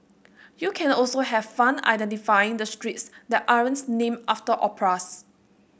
you can also have fun identifying the streets that aren't named after operas